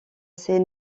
ces